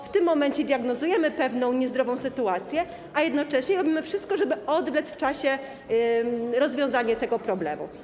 W tym momencie diagnozujemy pewną niezdrową sytuację, a jednocześnie robimy wszystko, żeby odwlec w czasie rozwiązanie tego problemu.